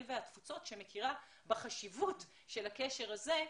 והתפוצות שמכירה בחשיבות של הקשר הזה.